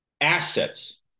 assets